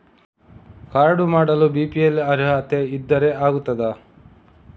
Card ಮಾಡಲು BPL ಅರ್ಹತೆ ಇದ್ದರೆ ಆಗುತ್ತದ?